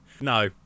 no